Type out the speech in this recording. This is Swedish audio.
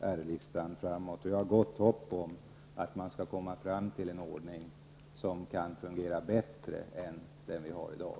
R-listan, och jag har gott hopp om att man skall komma fram till en ordning som kan fungera bättre än den vi har i dag.